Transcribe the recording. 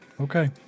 okay